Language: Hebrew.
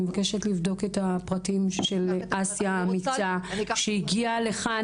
אני מבקשת לבדוק את הפרטים של אסיה האמיצה שהגיעה לכאן.